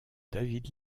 david